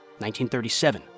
1937